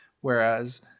Whereas